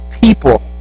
people